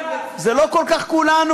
זה לא כל כך כולנו.